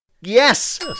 Yes